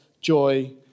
joy